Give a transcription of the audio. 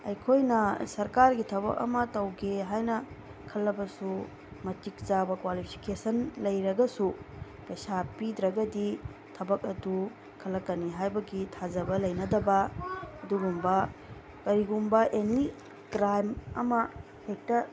ꯑꯩꯈꯣꯏꯅ ꯁꯔꯀꯥꯔꯒꯤ ꯊꯕꯛ ꯑꯃ ꯇꯧꯒꯦ ꯍꯥꯏꯅ ꯈꯜꯂꯕꯁꯨ ꯃꯇꯤꯛ ꯆꯥꯕ ꯀ꯭ꯋꯥꯂꯤꯐꯤꯀꯦꯁꯟ ꯂꯩꯔꯒꯁꯨ ꯄꯩꯁꯥ ꯄꯤꯗ꯭ꯔꯒꯗꯤ ꯊꯕꯛ ꯑꯗꯨ ꯈꯜꯂꯛꯀꯅꯤ ꯍꯥꯏꯕꯒꯤ ꯊꯥꯖꯕ ꯂꯩꯅꯗꯕ ꯑꯗꯨꯒꯨꯝꯕ ꯀꯔꯤꯒꯨꯝꯕ ꯑꯦꯅꯤ ꯀ꯭ꯔꯥꯏꯝ ꯑꯃ ꯍꯦꯛꯇ